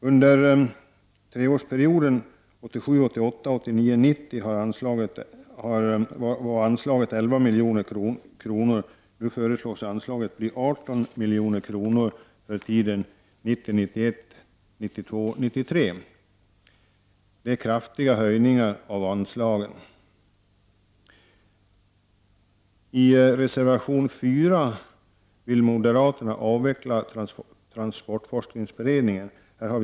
Under treårsperioden 1987 90 var anslaget 11 milj.kr. Nu föreslås anslaget bli 18 milj.kr. för tiden 1990 93. Det är kraftiga höjningar av anslagen. I reservation 4 kräver moderaterna att transportforskningsberedningen avvecklas.